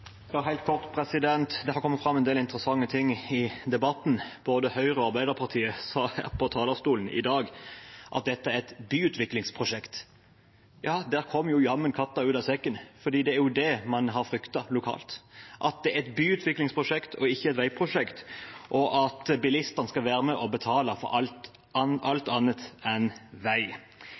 Både fra Høyre og fra Arbeiderpartiet er det fra talerstolen i dag sagt at dette er et byutviklingsprosjekt. Ja, der kom jammen katta ut av sekken, for det er det man har fryktet lokalt: at det er et byutviklingsprosjekt, ikke et veiprosjekt, og at bilistene skal være med og betale for alt annet enn vei.